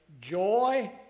joy